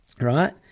right